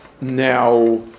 Now